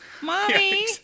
Mommy